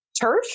turf